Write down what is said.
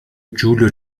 giulio